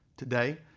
today,